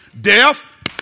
Death